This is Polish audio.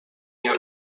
nie